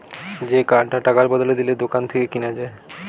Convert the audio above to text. যে কার্ডটা টাকার বদলে দিলে দোকান থেকে কিনা যায়